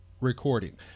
recording